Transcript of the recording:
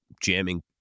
jamming